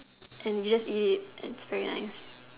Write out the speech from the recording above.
and you just eat it it's very nice